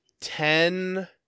ten